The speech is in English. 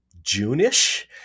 June-ish